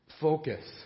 focus